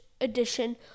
edition